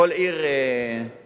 כל עיר מעון,